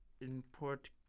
import